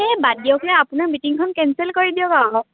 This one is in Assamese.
এই বাদ দিয়ক না আপোনাৰ মিটিংখন কেনচেল কৰি দিয়ক আকৌ